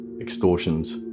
extortions